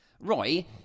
Roy